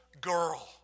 girl